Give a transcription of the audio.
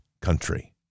country